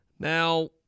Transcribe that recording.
Now